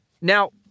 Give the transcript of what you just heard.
Now